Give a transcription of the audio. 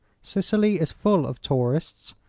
sicily is full of tourists,